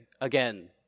again